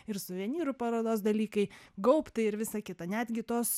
ir suvenyrų parodos dalykai gaubtai ir visa kita netgi tos